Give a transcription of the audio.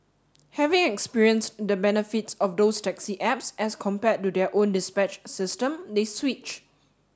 having experienced the benefits of those taxi apps as compared to their own dispatch system they switch